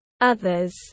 others